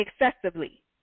excessively